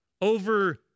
over